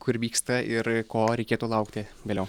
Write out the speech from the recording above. kur vyksta ir ko reikėtų laukti vėliau